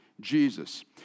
Jesus